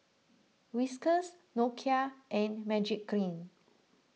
Whiskas Nokia and Magiclean